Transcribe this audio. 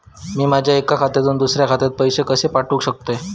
मी माझ्या एक्या खात्यासून दुसऱ्या खात्यात पैसे कशे पाठउक शकतय?